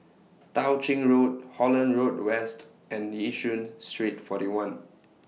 Tao Ching Road Holland Road West and Yishun Street forty one